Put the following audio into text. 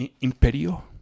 Imperio